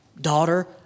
Daughter